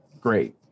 great